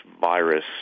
virus